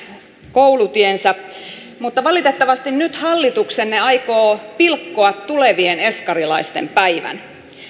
koulutiensä mutta valitettavasti nyt hallituksenne aikoo pilkkoa tulevien eskarilaisten päivän